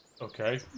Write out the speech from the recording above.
Okay